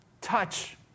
touch